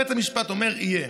בית המשפט אומר: יהיה.